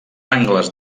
angles